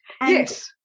Yes